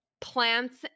plants